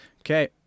okay